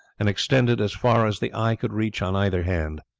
and extended as far as the eye could reach on either hand.